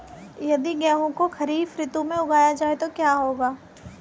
यदि गेहूँ को खरीफ ऋतु में उगाया जाए तो क्या होगा?